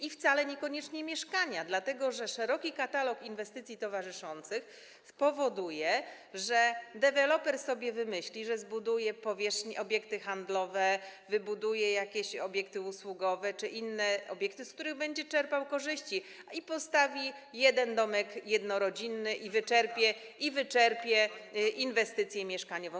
i wcale niekoniecznie mieszkania, dlatego że szeroki katalog inwestycji towarzyszących spowoduje, że deweloper sobie wymyśli, że zbuduje obiekty handlowe, wybuduje jakieś obiekty usługowe czy inne obiekty, z których będzie czerpał korzyści, postawi jeden domek jednorodzinny i wyczerpie inwestycję mieszkaniową.